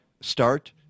start